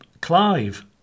Clive